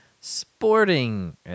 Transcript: sporting